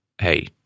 hey